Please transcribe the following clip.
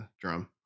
drum